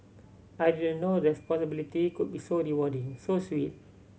I didn't know responsibility could be so rewarding so sweet